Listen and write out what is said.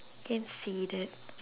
can say that